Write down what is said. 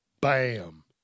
Bam